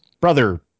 brother